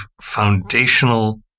foundational